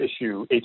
issue